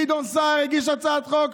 גדעון סער הגיש הצעת חוק,